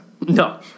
No